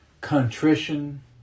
contrition